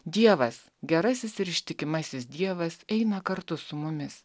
dievas gerasis ir ištikimasis dievas eina kartu su mumis